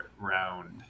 round